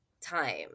time